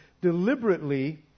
deliberately